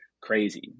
crazy